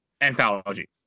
anthology